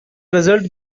result